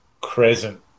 crescent